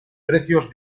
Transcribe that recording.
precios